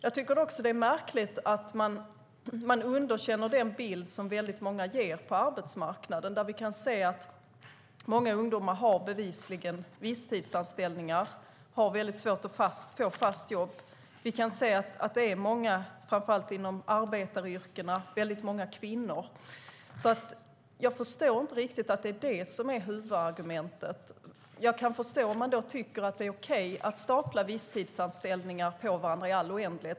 Det är också märkligt att man underkänner den bild som väldigt många ger på arbetsmarknaden. Vi kan se att många ungdomar som bevisligen har visstidsanställningar har väldigt svårt att få fast jobb. Vi kan se att det gäller många inom framför allt arbetaryrkena och väldigt många kvinnor. Jag förstår inte riktigt det som är huvudargumentet. Jag kan förstå det om man tycker att det är okej stapla visstidsanställningar på varandra i alla oändlighet.